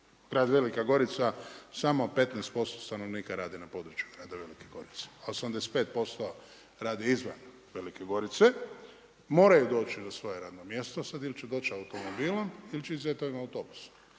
grad Velika Gorica samo 15% stanovnika radi na području grada Velike Gorice a 85% radi izvan Velike Gorice, moraju doći na svoje radno mjesto, sad ili će doći automobilom ili ZET-ovim autobusom.